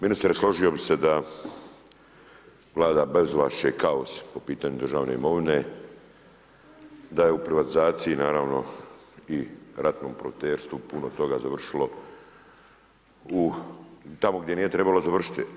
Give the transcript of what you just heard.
Ministre složio bih se da vlada bezvlašće i kaos po pitanju državne imovine, da je u privatizaciji naravno i ratno profiterstvo puno toga završilo tamo gdje nije trebalo završiti.